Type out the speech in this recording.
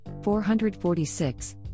446